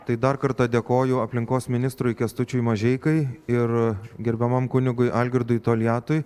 tai dar kartą dėkoju aplinkos ministrui kęstučiui mažeikai ir gerbiamam kunigui algirdui toliatui